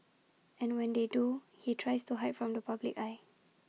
and when they do he tries to hide from the public eye